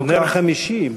נר חמישי.